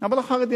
אבל החרדי,